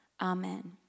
Amen